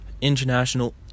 international